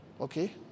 okay